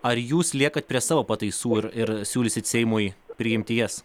ar jūs liekate prie savo pataisų ir ir siūlysit seimui priimti jas